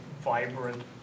vibrant